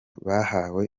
bahawe